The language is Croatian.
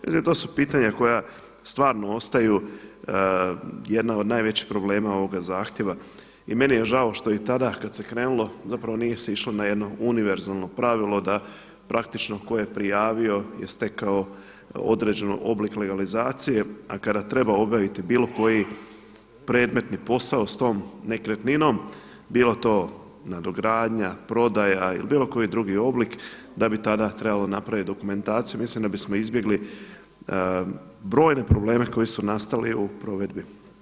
Mislim, to su pitanja koja stvarno ostaju jedna od najvećih problema ovoga zahtjeva i meni je žao što i tada kad se krenulo zapravo nije se išlo na jedno univerzalno pravilo da praktično tko je prijavio je stekao određeni oblik legalizacije a kada treba obaviti bilo koji predmetni posao s tom nekretninom bilo to nadogradnja, prodaja ili bilo koji drugi oblik da bi tada trebalo napraviti dokumentaciju, mislim da bismo izbjegli brojne probleme koji su nastali u provedbi.